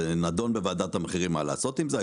זה נדון בוועדת המחירים מה לעשות עם זה,